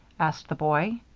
asked the boy.